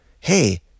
hey